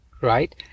right